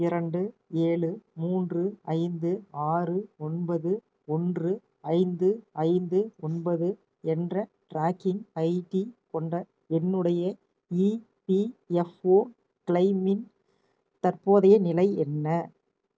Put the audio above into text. இரண்டு ஏழு மூன்று ஐந்து ஆறு ஒன்பது ஒன்று ஐந்து ஐந்து ஒன்பது என்ற ட்ராக்கிங் ஐடி கொண்ட என்னுடைய ஈபிஎஃப்ஓ க்ளைமின் தற்போதைய நிலை என்ன